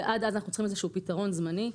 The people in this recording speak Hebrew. ועד אז אנחנו צריכים איזשהו פתרון זמני.